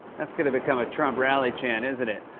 that's going to become a trump rally chant, isn't it?